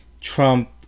Trump